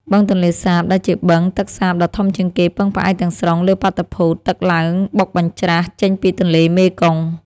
បឹងទន្លេសាបដែលជាបឹងទឹកសាបដ៏ធំជាងគេពឹងផ្អែកទាំងស្រុងលើបាតុភូតទឹកឡើងបុកបញ្ច្រាសចេញពីទន្លេមេគង្គ។